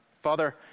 Father